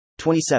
27